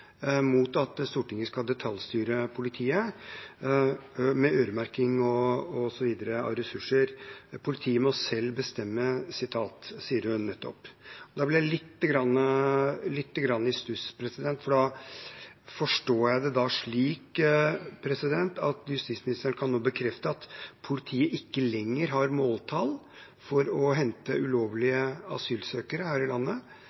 Stortinget skal detaljstyre politiet med øremerking osv. av ressurser. Politiet må selv bestemme, sa hun nettopp. Da blir jeg litt i stuss, for da forstår jeg det slik at justisministeren nå kan bekrefte at politiet ikke lenger har måltall for å hente ulovlige asylsøkere her i landet,